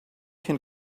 can